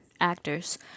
actors